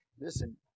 listen